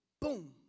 boom